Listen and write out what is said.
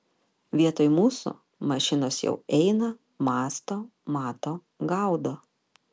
vietoj mūsų mašinos jau eina mąsto mato gaudo